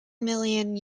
million